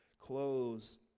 clothes